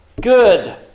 good